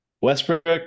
Westbrook